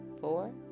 four